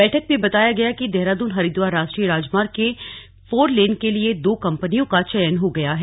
बैठक में बताया गया कि देहरादून हरिद्वार राष्ट्रीय राजमार्ग के फोर लेनिंग के लिए दो कंपनियों का चयन हो गया है